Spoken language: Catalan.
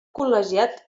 col·legiat